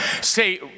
Say